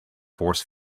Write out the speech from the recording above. force